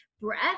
breath